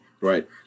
right